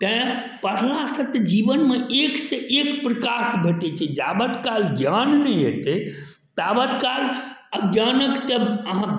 तैं पढ़ला सऽ तऽ जीवनमे एक से एक प्रकाश भेटै छै जाबत काल ज्ञान नहि हेतै ताबत काल अज्ञानके तऽ अहाँ